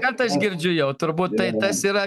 kad aš girdžiu jau turbūt tai tas yra